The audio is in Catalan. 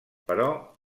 però